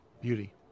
Beauty